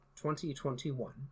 2021